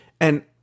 and-